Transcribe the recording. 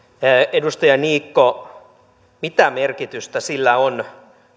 edustaja niikko mitä merkitystä sillä on